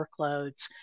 workloads